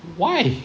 why